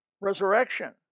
resurrection